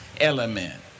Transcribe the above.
element